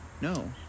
no